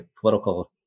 political